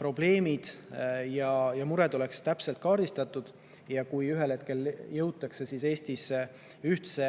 probleemid ja mured oleksid täpselt kaardistatud. Ja kui ühel hetkel jõutakse Eestis ühtse